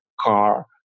car